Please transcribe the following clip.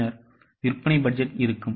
பின்னர் விற்பனை பட்ஜெட் இருக்கும்